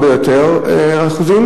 הרבה יותר אחוזים,